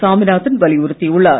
சாமிநாதன் வலியுறுத்தியுள்ளார்